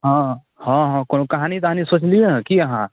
हँ हँ हँ कोनो कहानी तहानी सोचलिए हँ कि अहाँ